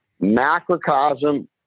Macrocosm